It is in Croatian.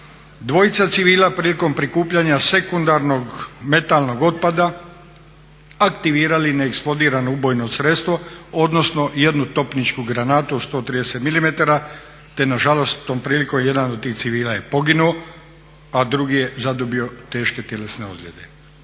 dvojca civila prilikom prikupljanja sekundarnog metalnog otpada aktivirali neeksplodirano ubojno sredstvo, odnosno jednu topničku granatu od 130 mm te nažalost tom prilikom jedan od tih civila je poginuo a drugi je zadobio teške tjelesne ozljede.